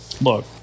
look